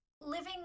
living